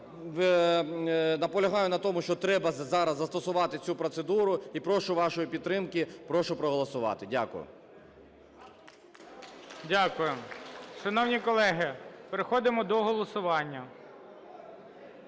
я наполягаю на тому, що треба зараз застосувати цю процедуру і прошу вашої підтримки, прошу проголосувати. Дякую. ГОЛОВУЮЧИЙ. Дякую. Шановні колеги, переходимо до голосування.